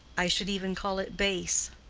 i should even call it base,